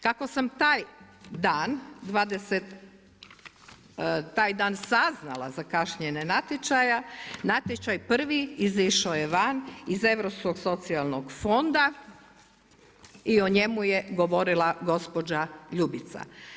Kako sam taj dan, taj dan saznala za kašnjenje natječaja, natječaj prvi izašao je van iz Europskog socijalnog fonda i o njemu je govorila gospođa Ljubica.